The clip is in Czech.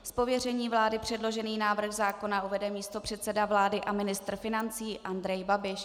Z pověření vlády předložený návrh zákona uvede místopředseda vlády a ministr financí Andrej Babiš.